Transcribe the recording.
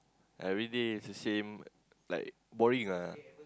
everyday is the same like boring ah